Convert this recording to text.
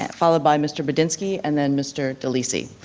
and followed by mr. budinski and then mr. delisi.